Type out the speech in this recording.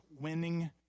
Winning